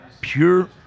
pure